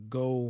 go